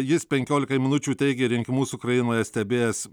jis penkiolikai minučių teigė rinkimus ukrainoje stebėjęs